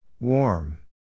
Warm